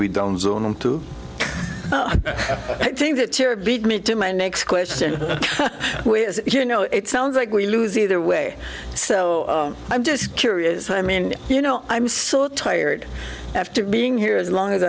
we don't zone them too i think that tira beat me to my next question which is you know it sounds like we lose either way so i'm just curious i mean you know i'm so tired after being here as long as